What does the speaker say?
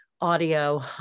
audio